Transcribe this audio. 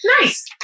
Nice